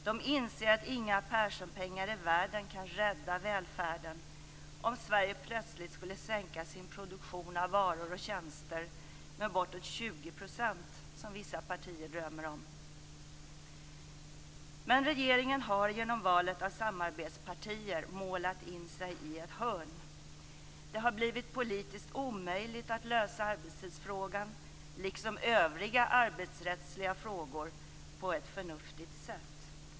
De inser att inga Perssonpengar i världen kan rädda välfärden om Sverige plötsligt skulle sänka sin produktion av varor och tjänster med bortåt 20 %, som vissa partier drömmer om. Men regeringen har genom valet av samarbetspartier målat in sig i ett hörn. Det har blivit politiskt omöjligt att lösa arbetstidsfrågan, liksom övriga arbetsrättsliga frågor, på ett förnuftigt sätt.